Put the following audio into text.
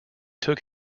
took